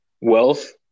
wealth